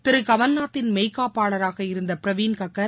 திரு கமல்நாத்தின் மெய்க்காப்பாளராக இருந்த பிரவீன் கக்கர்